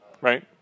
right